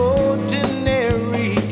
ordinary